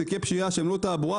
תיקי פשיעה שהם לא תעבורה.